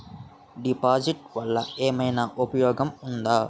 డిపాజిట్లు వల్ల ఏమైనా ఉపయోగం ఉందా?